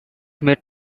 made